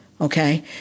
Okay